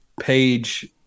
page